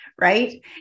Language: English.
Right